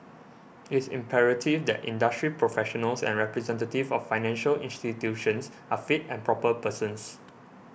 it is imperative that industry professionals and representatives of financial institutions are fit and proper persons